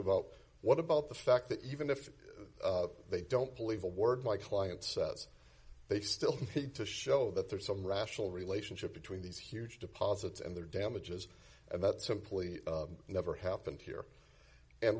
about what about the fact that you even if they don't believe a word my client says they still need to show that there's some rational relationship between these huge deposits and their damages and that simply never happened here and